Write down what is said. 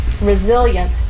resilient